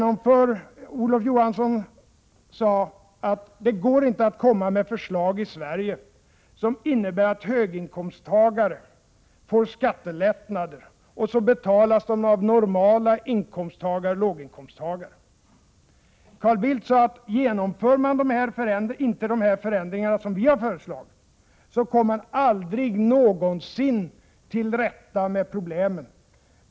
Olof Johansson sade: Det går inte att komma med förslag i Sverige som innebär att höginkomsttagare får skattelättnader som betalas av normalinkomsttagare och låginkomsttagare. Carl Bildt sade att genomför man inte de förändringar som moderaterna föreslagit, kommer vi aldrig någonsin till rätta med problemen.